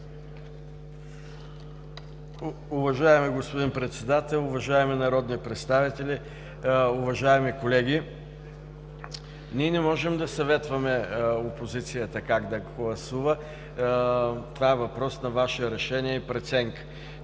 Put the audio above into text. Уважаеми господин Председател, уважаеми народни представители, уважаеми колеги! Ние не можем да съветваме опозицията как да гласува. Това е въпрос на Ваше решение и преценка.